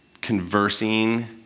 conversing